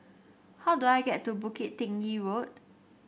how do I get to Bukit Tinggi Road